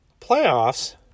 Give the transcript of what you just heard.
Playoffs